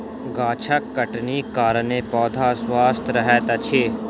गाछक छटनीक कारणेँ पौधा स्वस्थ रहैत अछि